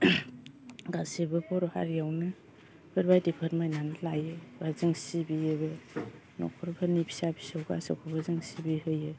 गासैबो बर' हारियावनो बेफोरबायदि फोरमायनानै लायो एबा जों सिबियोबो न'खरफोरनि फिसा फिसौ गासैखौबो जों सिबिहोयो